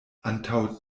antaŭ